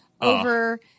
over